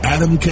Adam